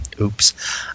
Oops